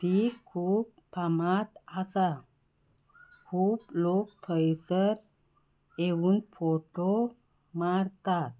ती खूब फामाद आसा खूब लोक थंयसर येवून फोटो मारतात